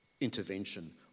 intervention